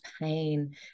pain